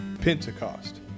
Pentecost